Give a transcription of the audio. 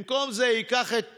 במקום זה, הוא ייקח את